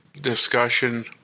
discussion